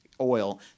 oil